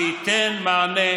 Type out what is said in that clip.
שייתן מענה.